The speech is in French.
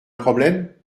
problème